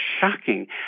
shocking